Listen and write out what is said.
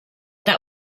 that